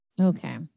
Okay